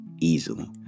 easily